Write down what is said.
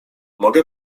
mogę